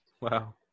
Wow